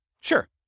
Sure